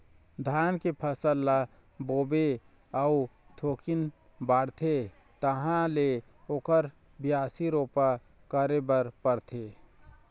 धान के फसल ल बोबे अउ थोकिन बाढ़थे तहाँ ले ओखर बियासी, रोपा करे बर परथे